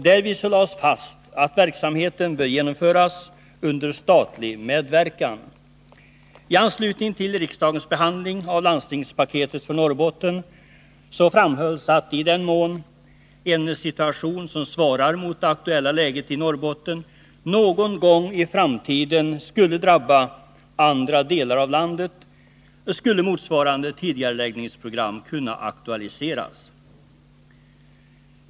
Därvid lades fast att verksamheten bör genomföras under statlig medverkan. I anslutning till riksdagens behandling av landstingspaketet för Norrbotten framhölls att, i den mån en situation som svarar mot det aktuella läget i Norrbotten någon gång i framtiden skulle drabba andra delar av landet, skulle motsvarande tidigareläggningsprogram kunna aktualiseras.